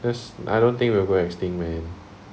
this I don't think we'll go extinct man